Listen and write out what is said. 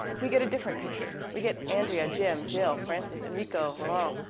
we get a different picture. we get andrea, jim, jill, frances, enrico, laurent,